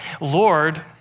Lord